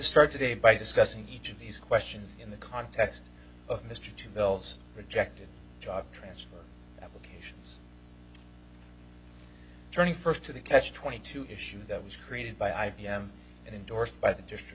start today by discussing each of these questions in the context of mr two bills projected job transfer applications turning first to the catch twenty two issue that was created by i b m and indorsed by the district